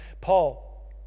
Paul